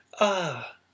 Ah